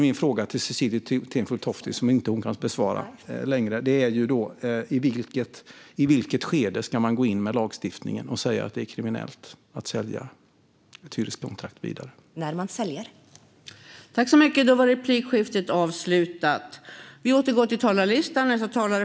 Min fråga till Cecilie Tenfjord Toftby är: I vilket skede ska man gå in med lagstiftningen och säga att det är kriminellt att sälja ett hyreskontrakt vidare? Jag vet att hon inte har någon ytterligare replik för att besvara frågan. : När man säljer.)